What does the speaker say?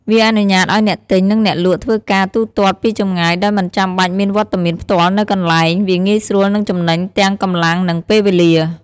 វាអនុញ្ញាតឱ្យអ្នកទិញ និងអ្នកលក់ធ្វើការទូទាត់ពីចម្ងាយដោយមិនចាំបាច់មានវត្តមានផ្ទាល់នៅកន្លែង វាងាយស្រួលនិងចំណេញទាំងកម្លាំងនិងពេលវេលា។